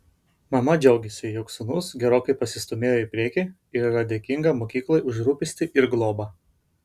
mama džiaugiasi jog sūnus gerokai pasistūmėjo į priekį ir yra dėkinga mokyklai už rūpestį ir globą